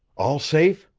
all safe?